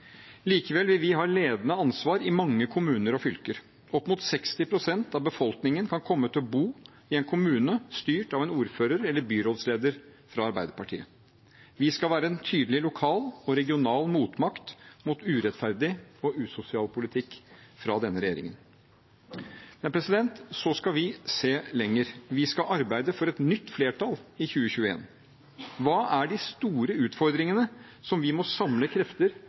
Likevel vil vi ha ledende ansvar i mange kommuner og fylker. Opp mot 60 pst. av befolkningen kan komme til å bo i en kommune styrt av en ordfører eller byrådsleder fra Arbeiderpartiet. Vi skal være en tydelig lokal og regional motmakt mot urettferdig og usosial politikk fra denne regjeringen. Men så skal vi se lenger. Vi skal arbeide for et nytt flertall i 2021. Hva er de store utfordringene som vi må samle krefter